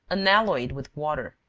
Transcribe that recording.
unalloyed with water,